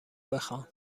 بخوان